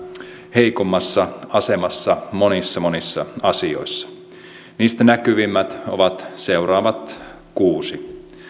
heikommassa asemassa monissa monissa asioissa niistä näkyvimmät ovat seuraavat kuusi